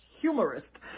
humorist